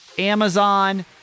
Amazon